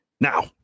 now